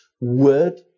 word